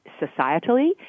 societally